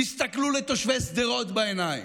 תסתכלו לתושבי שדרות בעיניים.